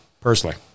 personally